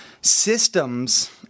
Systems